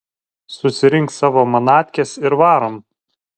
susirink savo manatkes ir varom